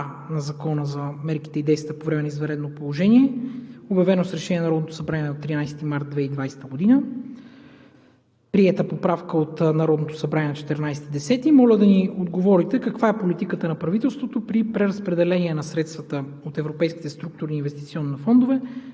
на Закона за мерките и действията по време на извънредно положение, обявено с решение на Народното събрание на 13 март 2020 г., приета поправка от Народното събрание на 14 октомври, моля да ни отговорите каква е политиката на правителството при преразпределение на средствата от европейските структурни и инвестиционни фондове